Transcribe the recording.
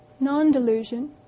non-delusion